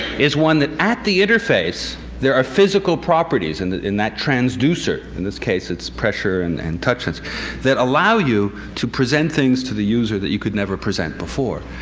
is one that at the interface there are physical properties and in that transducer in this case it's pressure and and touches that allow you to present things to the user that you could never present before.